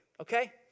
okay